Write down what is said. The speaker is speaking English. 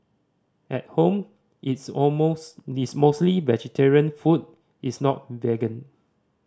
at home it's all most it's mostly vegetarian food is not vegan